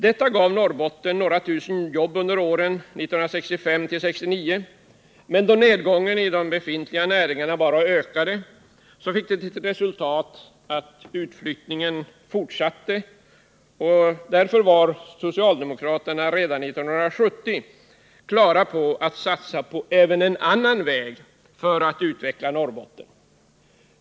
Detta gav Norrbotten några tusen nya jobb under åren 1965-1969, men då nedgången i de befintliga näringarna bara ökade blev resultatet att utflyttningen fortsatte. Redan 1970 var därför socialdemokratin färdig att satsa offensivt även på en annan väg att utveckla Norrbotten.